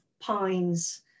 pines